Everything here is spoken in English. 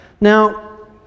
Now